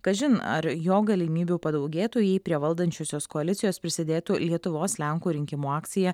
kažin ar jo galimybių padaugėtų jei prie valdančiosios koalicijos prisidėtų lietuvos lenkų rinkimų akcija